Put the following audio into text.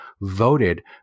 voted